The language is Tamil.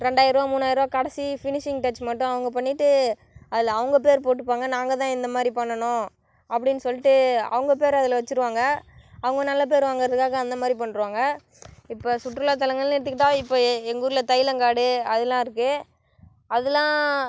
ரெண்டாயிரம் ரூவா மூணாயிர ரூவா கடைசி ஃபினிஷிங் டச் மட்டும் அவங்க பண்ணிவிட்டு அதில் அவங்க பேர் போட்டுப்பாங்க நாங்கள் தான் இந்தமாதிரி பண்ணுனோம் அப்படினு சொல்லிட்டு அவங்க பேர் அதில் வச்சுருவாங்க அவங்க நல்ல பேர் வாங்குறதுக்காக அந்த மாதிரி பண்ணிருவாங்க இப்போ சுற்றுலா தலங்கள்னு எடுத்துக்கிட்டால் இப்போ எங்கள் ஊரில் தைலங்காடு அதுலாம் இருக்குது அதுலாம்